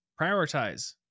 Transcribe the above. prioritize